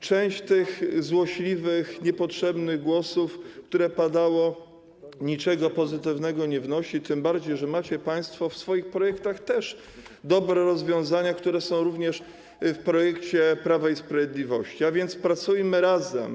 Część tych złośliwych, niepotrzebnych głosów, które padały, niczego pozytywnego nie wnosi, tym bardziej że też macie państwo w swoich projektach dobre rozwiązania, które są również w projekcie Prawa i Sprawiedliwości, a więc pracujmy razem.